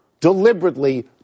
deliberately